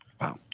Wow